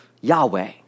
Yahweh